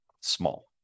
small